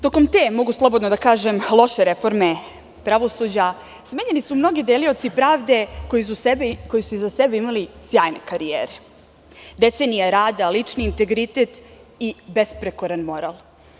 Tokom te, mogu slobodno da kažem, loše reforme pravosuđa, smenjeni su mnogi delioci pravde koji su iza sebe imali sjajne karijere, decenije rada, lični integritet i besprekoran moral.